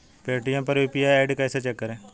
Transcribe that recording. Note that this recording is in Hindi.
पेटीएम पर यू.पी.आई आई.डी कैसे चेक करें?